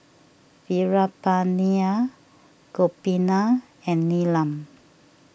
Veerapandiya Gopinath and Neelam